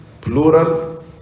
plural